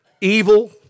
evil